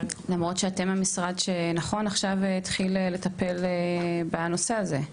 למרות שאתם המשרד שעכשיו התחיל לטפל בנושא הזה.